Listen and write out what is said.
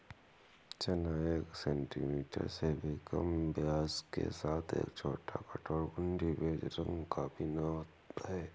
चना एक सेंटीमीटर से भी कम व्यास के साथ एक छोटा, कठोर, घुंडी, बेज रंग का बीन है